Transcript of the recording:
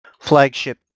flagship